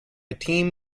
team